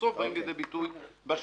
שבסוף באים לידי ביטוי בשידור.